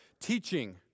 teaching